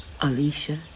Alicia